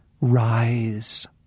Rise